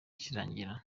ikirangira